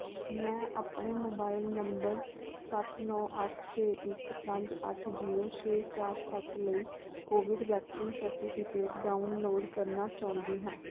ਮੈਂ ਆਪਣੇ mobile number ਸੱਤ ਨੌਂ ਅੱਠ ਛੇ ਇੱਕ ਪੰਜ ਅੱਠ ਜ਼ੀਰੋ ਛੇ ਚਾਰ ਸੱਤ ਲਈ ਕੋਵਿਡ ਵੈਕਸੀਨ ਸਰਟੀਫਿਕੇਟ ਡਾਊਨਲੋਡ ਕਰਨਾ ਚਾਹੁੰਦੀ ਹਾਂ